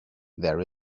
there